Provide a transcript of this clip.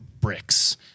Bricks